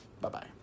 bye-bye